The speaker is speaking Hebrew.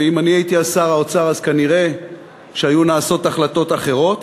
ואם אני הייתי אז שר האוצר אז כנראה היו החלטות אחרות.